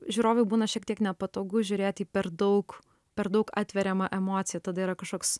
žiūrovui būna šiek tiek nepatogu žiūrėt į per daug per daug atveriamą emociją tada yra kažkoks